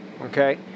Okay